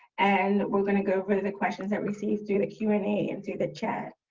and we're gonna go over the questions that received through the q and a and through the chat.